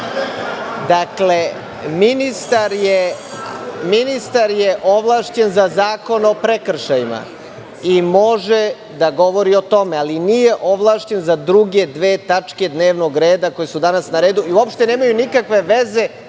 27.Dakle, ministar je ovlašćen za Zakon o prekršajima i može da govori o tome, ali nije ovlašćen za druge dve tačke dnevnog reda, koje su danas na redu i uopšte nemaju nikakve veze